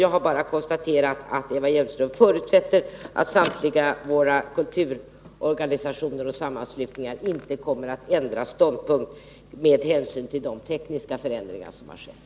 Jag har bara konstaterat att Eva Hjelmström förutsätter att samtliga våra kulturorganisationer och sammanslutningar inte kommer att ändra ståndpunkt med hänsyn till de tekniska förändringar som har skett.